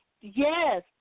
Yes